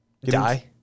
die